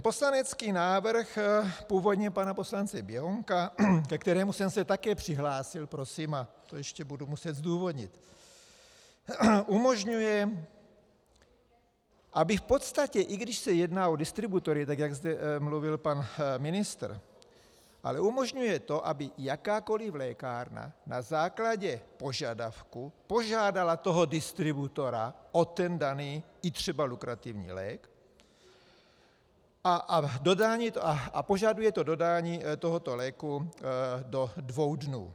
Poslanecký návrh, původně pana poslance Běhounka, ke kterému jsem se také přihlásil, prosím, a to ještě budu muset zdůvodnit, umožňuje, aby v podstatě, i když se jedná o distributory, jak zde mluvil pan ministr, ale umožňuje to, aby jakákoliv lékárna na základě požadavku požádala toho distributora o ten daný i třeba lukrativní lék, a požaduje dodání tohoto léku do dvou dnů.